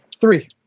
Three